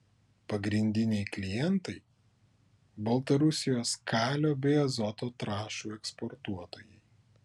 pagrindiniai klientai baltarusijos kalio bei azoto trąšų eksportuotojai